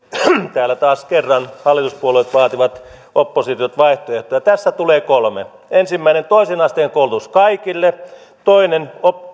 täällä taas kerran hallituspuolueet vaativat oppositiolta vaihtoehtoja tässä tulee kolme ensimmäinen toisen asteen koulutus kaikille toinen